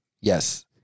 Yes